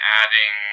adding